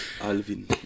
Alvin